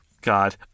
god